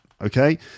okay